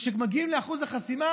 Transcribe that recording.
וכשמגיעים לאחוז החסימה